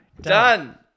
Done